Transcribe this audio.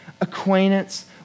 acquaintance